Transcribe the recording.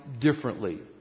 Differently